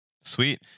Sweet